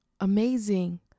amazing